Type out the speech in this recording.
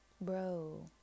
bro